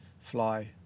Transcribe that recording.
fly